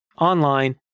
online